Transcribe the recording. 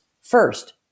first